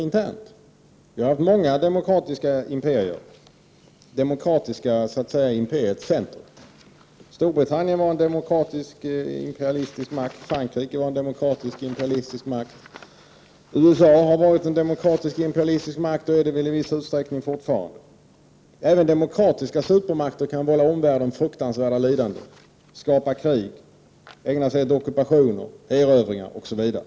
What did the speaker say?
Det har funnits många demokratiska imperier, demokratiska så att säga i imperiets centrum. Storbritannien har varit en demokratisk, imperialistisk makt, liksom Frankrike och USA, som i viss utsträckning fortfarande fungerar som en sådan. Även demokratiska supermakter kan vålla omvärlden fruktansvärda lidanden, skapa krig, ägna sig åt ockupationer, erövringar osv.